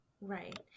Right